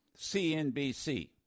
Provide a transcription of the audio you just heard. CNBC